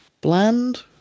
bland